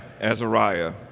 Azariah